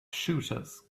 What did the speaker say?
shooters